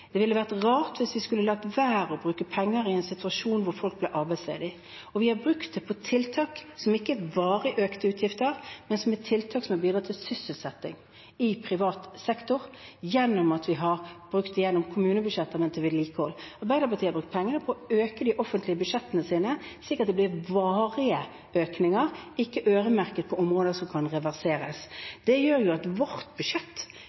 Det ville vært rart hvis vi skulle latt være å bruke penger i en situasjon hvor folk blir arbeidsledige. Og vi har brukt det på tiltak som ikke er varig økte utgifter, men tiltak som har bidratt til sysselsetting i privat sektor, ved at vi har brukt dem gjennom kommunebudsjetter, men til vedlikehold. Arbeiderpartiet har brukt pengene på å øke de offentlige budsjettene sine, slik at det blir varige økninger, ikke øremerket på områder som kan reverseres. Det gjør jo at vårt budsjett